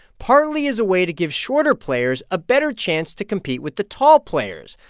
partly as a way to give shorter players a better chance to compete with the tall players,